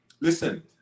Listen